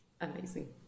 Amazing